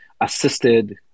assisted